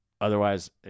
Otherwise